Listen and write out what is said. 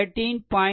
58 10